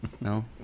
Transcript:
No